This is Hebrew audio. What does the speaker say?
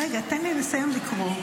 רגע, תן לי לסיים לקרוא.